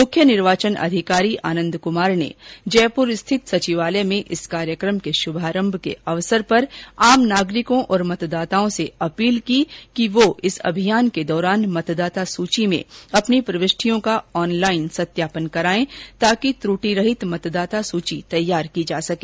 मुख्य निर्वाचन अधिकारी आनन्द कुमार ने जयपुर स्थित सचिवालय में इस कार्यक्रम के श्भारंभ के अवसर पर आम नागरिकों और मतदाताओं से अपील की कि वे इस अभियान के दौरान मतदाता सूची में अपनी प्रविष्टियों का ऑनलाईन सत्यापन कराये ताकि त्र्टिरहित मतदाता सूची तैयार की जा सके